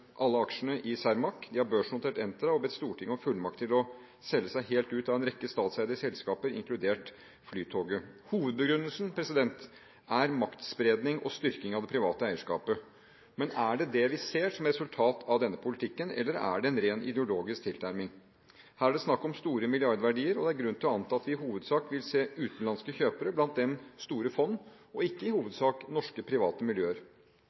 alle aksjene i Cermaq, de har børsnotert Entra og bedt Stortinget om fullmakt til å selge seg helt ut av en rekke statseide selskaper, inkludert Flytoget. Hovedbegrunnelsen er maktspredning og styrking av det private eierskapet. Men er det det vi ser som resultat av denne politikken, eller er det en rent ideologisk tilnærming? Her er det snakk om store milliardverdier, og det er grunn til å anta at vi i hovedsak vil se utenlandske kjøpere, blant dem store fond, og ikke i hovedsak norske private miljøer.